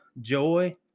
joy